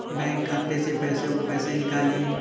Bank खाते से पैसे को कैसे निकालें?